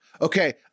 Okay